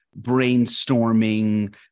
brainstorming